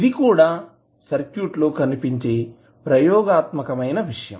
ఇది కూడా సర్క్యూట్ లో కనిపించే ప్రయోగాత్మకమైన విషయం